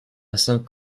cinq